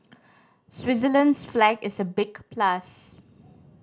Switzerland's flag is a big plus